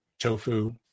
tofu